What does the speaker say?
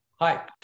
Hi